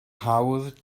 hawdd